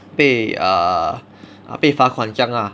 被 err 被罚款这样 lah